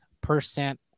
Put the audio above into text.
percent